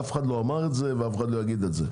אף אחד לא אמר את זה ואף אחד לא יגיד את זה.